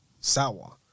sour